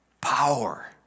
Power